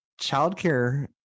Childcare